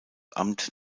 amt